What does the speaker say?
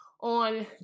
on